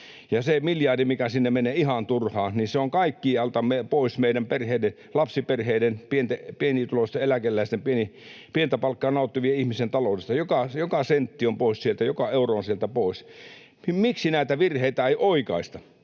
se miljardi, mikä sinne menee ihan turhaan, on kaikkialta pois, meidän lapsiperheiden, pienituloisten eläkeläisten, pientä palkkaa nauttivien ihmisten taloudesta. Joka sentti on pois sieltä, joka euro on sieltä pois. Miksi näitä virheitä ei oikaista?